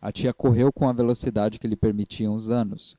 a tia correu com a velocidade que lhe permitiam os anos